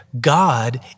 God